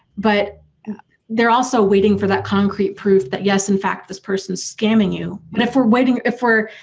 but they're also waiting for that concrete proof that yes, in fact this person is scamming you and if we're waiting. if we're.